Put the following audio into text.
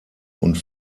und